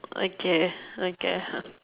okay okay ha